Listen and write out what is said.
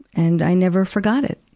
and i never forgot it.